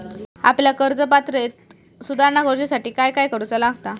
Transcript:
आपल्या कर्ज पात्रतेत सुधारणा करुच्यासाठी काय काय करूचा लागता?